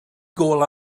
gôl